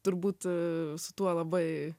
turbūt su tuo labai